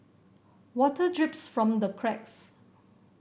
water drips from the cracks